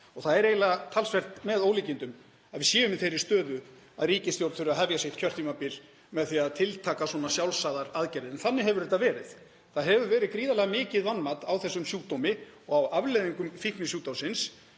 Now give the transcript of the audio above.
og það er eiginlega talsvert með ólíkindum að við séum í þeirri stöðu að ríkisstjórn þurfi að hefja sitt kjörtímabil á því að tiltaka svona sjálfsagðar aðgerðir. En þannig hefur þetta verið. Það hefur verið gríðarlega mikið vanmat á þessum sjúkdómi og á afleiðingum fíknisjúkdómsins